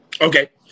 Okay